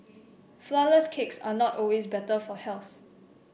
flourless cakes are not always better for health